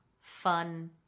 Fun